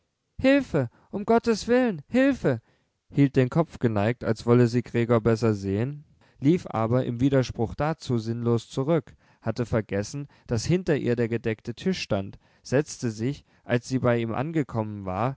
hilfe um gottes willen hilfe hielt den kopf geneigt als wolle sie gregor besser sehen lief aber im widerspruch dazu sinnlos zurück hatte vergessen daß hinter ihr der gedeckte tisch stand setzte sich als sie bei ihm angekommen war